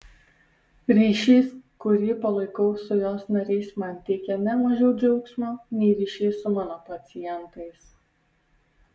ryšys kurį palaikau su jos nariais man teikia ne mažiau džiaugsmo nei ryšys su mano pacientais